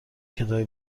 کتابی